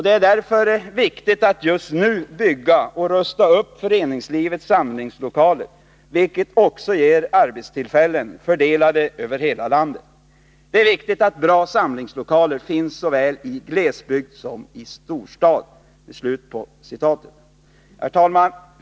Det är därför viktigt att just nu bygga och rusta upp föreningslivets samlingslokaler vilket också ger arbetstillfällen fördelade över hela landet. Det är viktigt att bra samlingslokaler finns såväl i glesbygd som i storstad.” Herr talman!